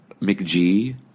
McGee